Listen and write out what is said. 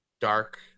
dark